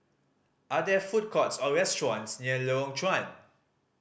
are there food courts or restaurants near Lorong Chuan